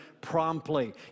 promptly